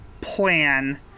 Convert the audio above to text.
plan